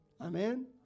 Amen